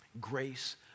Grace